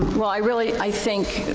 well, i really, i think.